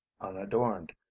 unadorned